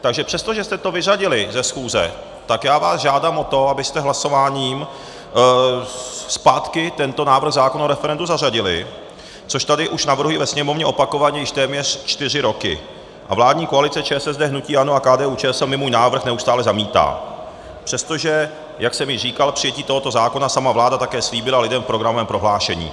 Takže přestože jste to vyřadili ze schůze, tak já vás žádám o to, abyste hlasováním zpátky tento návrh zákona o referendu zařadili, což tady navrhuji ve sněmovně opakovaně již téměř čtyři roky, a vládní koalice ČSSD, hnutí ANO a KDUČSL mi můj návrh neustále zamítá, přestože, jak jsem již říkal, přijetí tohoto zákona sama vláda také slíbila lidem v programovém prohlášení.